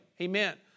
Amen